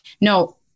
No